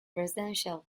residential